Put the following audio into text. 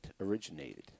originated